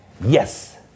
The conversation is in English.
yes